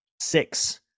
Six